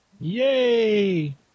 Yay